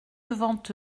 devant